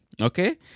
okay